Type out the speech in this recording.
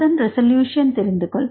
அதன் ரெசல்யூஷன் தெரிந்து தெரிந்துகொள்